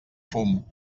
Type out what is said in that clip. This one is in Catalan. fum